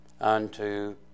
unto